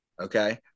okay